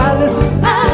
Alice